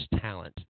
talent